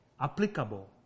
applicable